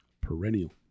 perennial